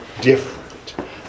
different